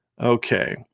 Okay